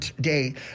day